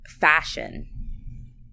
Fashion